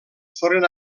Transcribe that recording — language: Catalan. foren